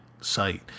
site